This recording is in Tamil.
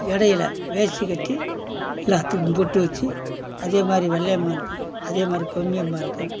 இடையில வேஷ்டி கட்டி எல்லாத்துக்கும் பொட்டு வச்சு அதேமாதிரி வள்ளி அம்பாளுக்கு அதேமாதிரி பொம்மி அம்பாளுக்கும்